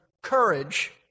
Courage